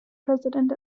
president